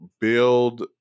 build